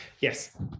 yes